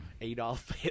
Adolf